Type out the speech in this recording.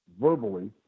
verbally